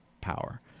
power